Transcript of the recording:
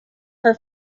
her